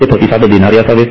ते प्रतिसाद देणारे असावेत